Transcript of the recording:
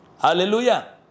Hallelujah